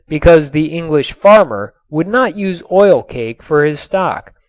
because the english farmer would not use oil cake for his stock.